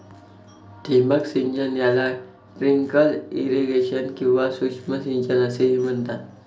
ठिबक सिंचन याला ट्रिकल इरिगेशन किंवा सूक्ष्म सिंचन असेही म्हणतात